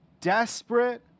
desperate